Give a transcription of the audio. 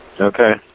Okay